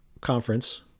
conference